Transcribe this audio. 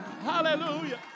Hallelujah